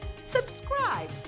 subscribe